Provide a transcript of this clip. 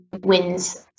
wins